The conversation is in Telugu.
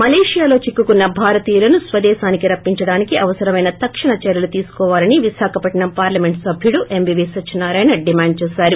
మలేషియా లో చిక్కుకున్న భారతీయులను స్వదేశానికి రప్పించండానికి అవసరమైన తక్షణ చర్యలు తీసుకోవాలని విశాఖపట్నం పార్లమెంటు సభ్యుడు ఎంవీవీ సత్యనారాయణ డిమాండ్ చేశారు